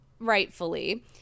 rightfully